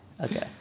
Okay